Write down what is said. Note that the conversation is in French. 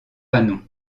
panon